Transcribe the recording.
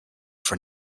for